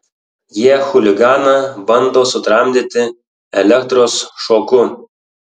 jie chuliganą bando sutramdyti elektros šoku